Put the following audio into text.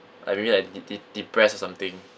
like maybe like de~ de~ depressed or something